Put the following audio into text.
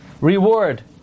reward